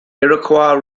iroquois